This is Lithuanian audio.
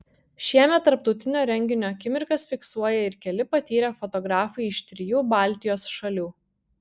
šiemet tarptautinio renginio akimirkas fiksuoja ir keli patyrę fotografai iš trijų baltijos šalių